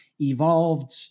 evolved